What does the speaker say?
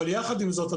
עם זאת,